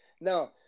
Now